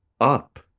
up